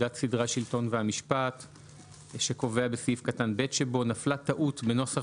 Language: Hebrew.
לפקודת סדרי השלטון והמשפט שקובע בסעיף קטן (ב) ש"נפלה טעות בנוסח